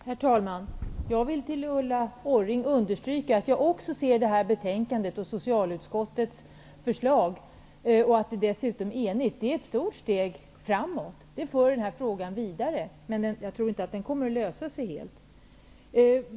Herr talman! Jag vill för Ulla Orring understryka att jag också ser detta eniga betänkande från socialutskottet som ett stort steg framåt. Det för denna fråga vidare. Men jag tror inte att den kommer att lösas helt.